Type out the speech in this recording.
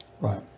Right